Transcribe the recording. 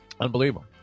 Unbelievable